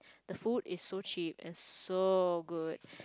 the food is so cheap and so good